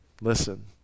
listen